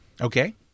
Okay